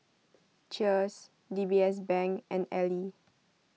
Cheers DBS Bank and Elle